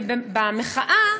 ובמחאה,